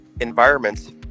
environments